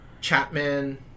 Chapman